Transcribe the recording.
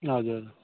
हजुर